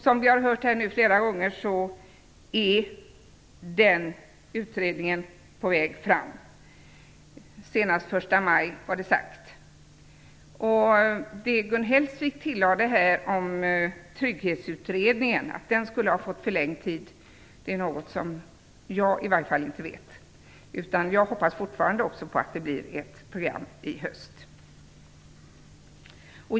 Som vi här har hört flera gånger är den utredningen på väg framåt. Senast den 1 maj var det sagt att den skulle vara klar. Det som Gun Hellsvik tillade om att Trygghetsutredningen skulle ha fått förlängd tid är någonting som i alla fall inte jag vet någonting om. Jag hoppas fortfarande att det blir ett program i höst.